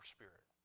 Spirit